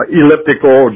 elliptical